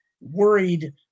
worried